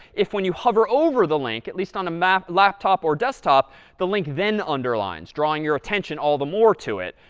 if when you hover over the link at least on a laptop or desktop the link then underlines, drawing your attention all the more to it.